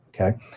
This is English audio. okay